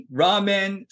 ramen